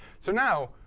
so now,